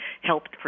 helped